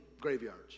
graveyards